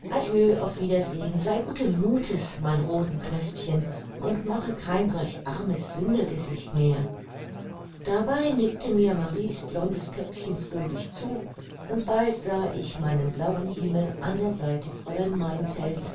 auf wiedersehn sei guten muthes mein rosenknöspchen und mache kein solch armes sündergesicht mehr dabei nickte mir marie's blondes köpfchen fröhlich zu und bald sah ich meinen blauen himmel an der seite